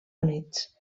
units